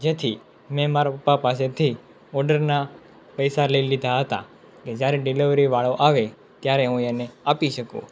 જેથી મેં મારા પપ્પા પાસેથી ઓર્ડરના પૈસા લઈ લીધા હતા કે જ્યારે ડિલેવરીવાળો આવે ત્યારે હું એને આપી શકું